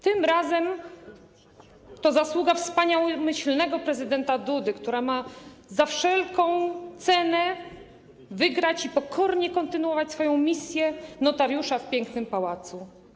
Tym razem to zasługa wspaniałomyślnego prezydenta Dudy, który ma za wszelką cenę wygrać i pokornie kontynuować swoją misję notariusza w pięknym pałacu.